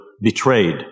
betrayed